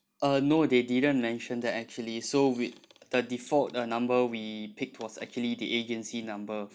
uh no they didn't mention that actually so we the default a number we picked was actually the agency number